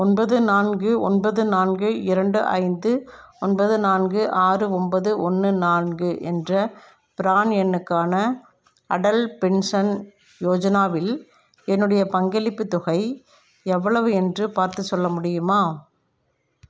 ஒன்பது நான்கு ஒன்பது நான்கு இரண்டு ஐந்து ஒன்பது நான்கு ஆறு ஒன்பது ஒன்று நான்கு என்ற ப்ரான் எண்ணுக்கான அடல் பென்ஷன் யோஜனாவில் என்னுடைய பங்களிப்புத் தொகை எவ்வளவு என்று பார்த்துச் சொல்ல முடியுமா